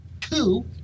two